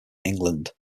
england